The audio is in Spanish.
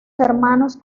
hermanos